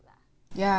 ya